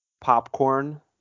popcorn